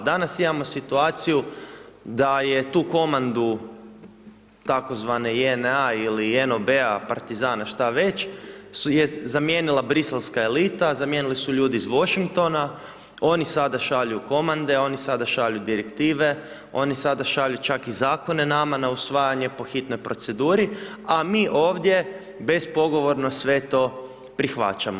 Danas imamo situaciju da je tu komandu tzv. JNA ili NOB-a partizana šta već zamijenila briselska elita, zamijenili su ljudi iz Washingtona oni sada šalju komande, oni sada šalju direktive, oni sada šalju čak i zakone nama na usvajanje po hitnoj proceduri, a mi ovdje bez pogovorno sve to prihvaćamo.